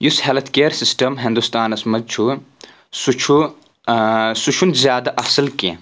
یُس health care system ہِنٛدوستَانَس منٛز چھُ سُہ چھُ سُہ چھُنہٕ زیادٕ اَصٕل کینٛہہ